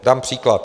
Dám příklad.